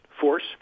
force